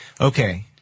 Okay